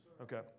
Okay